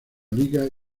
ligas